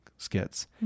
skits